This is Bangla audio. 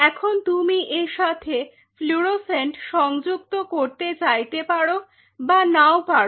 এখন তুমি এর সাথে ফ্লুরোসেন্ট সংযুক্ত করতে চাইতে পারো বা না ও পারো